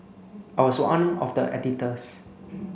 I was one of the editors